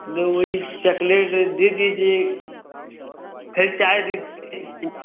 जो वही चकलेट दे दीजिए खाली चाय दे दीजिए